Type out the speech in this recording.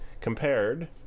compared